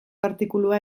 artikulua